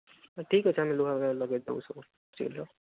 ଠିକ୍ ଅଛି ଆମେ ଲୁହାର ଲଗେଇଦେବୁ ସବୁ ଗ୍ରୀଲ୍ର